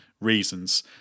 reasons